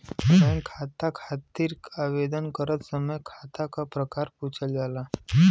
bank खाता खातिर आवेदन करत समय खाता क प्रकार पूछल जाला